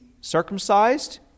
circumcised